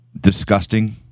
disgusting